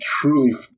truly